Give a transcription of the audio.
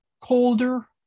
colder